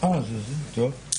כן.